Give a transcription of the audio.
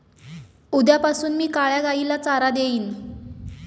उद्यापासून मी काळ्या गाईला चारा देईन